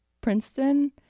princeton